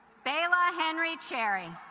beyla henry cherry